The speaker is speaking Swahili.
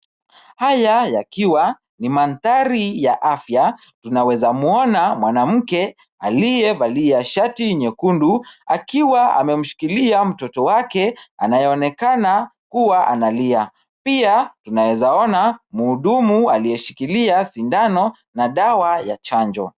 Haya yakiwa ni madhari ya afya inaweza mwana. Mwanamke amevalia shati nyekundu akiwa amemshikilia mtoto wake Anayeonekana akiwa analia pia unaweza ona mhudumu aliyeshikilia sindano na dawa ya chanjo.